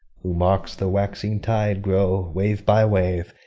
who marks the waxing tide grow wave by wave,